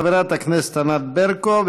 חברת הכנסת ענת ברקו,